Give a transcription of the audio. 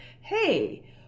hey